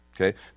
Okay